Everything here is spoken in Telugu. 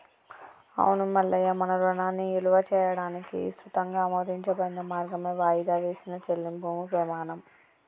అవును మల్లయ్య మన రుణాన్ని ఇలువ చేయడానికి ఇసృతంగా ఆమోదించబడిన మార్గమే వాయిదా వేసిన చెల్లింపుము పెమాణం